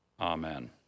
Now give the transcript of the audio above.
Amen